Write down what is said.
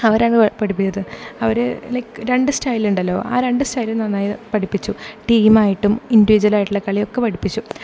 അവരാണ് പഠിപ്പിച്ചത് അവർ ലക്ക് രണ്ട് സ്റ്റയിൽ ഉണ്ടല്ലോ ആ രണ്ട് സ്റ്റയിലും നന്നായി പഠിപ്പിച്ചു ടീം ആയിട്ടും ഇൻഡിവിജൽ ആയിട്ടുള്ള കളിയൊക്കെ പഠിപ്പിച്ചു